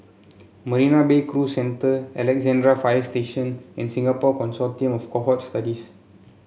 Marina Bay Cruise Centre Alexandra Fire Station and Singapore Consortium of Cohort Studies